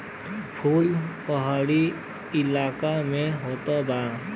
फूल पहाड़ी इलाका में होत बा